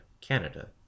Canada